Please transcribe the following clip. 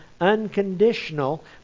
unconditional